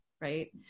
right